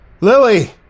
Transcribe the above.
lily